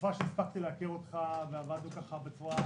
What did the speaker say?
ומהתקופה שהספקתי לעבוד איתך ולהכיר אותו,